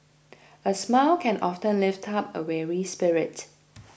a smile can often lift up a weary spirit